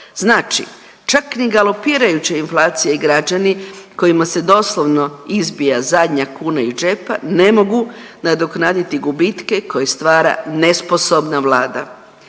Znači, čak ni galopirajuća inflacija i građani kojima se doslovno izbija zadnja kuna iz džepa ne mogu nadoknaditi gubitke koji stvara nesposobna Vlada.